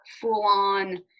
full-on